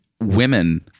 women